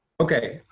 okay,